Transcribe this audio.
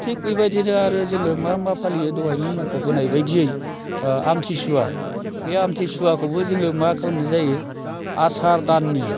थिग बेबायदिनो आरो जोङो मा मा फालियो दहायनि मख'बोनाय बायदियै आमथिसुवा बे आमथिसुवाखौबो जोङो मा खालामनाय जायो आसार दाननि